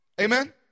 Amen